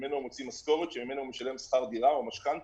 ממנו הוא מוציא משכורת שממנה הוא משלם שכר דירה או משכנתה,